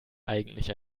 eigentlich